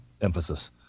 emphasis